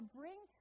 bring